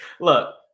look